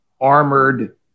armored